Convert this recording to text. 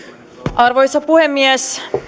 arvoisa puhemies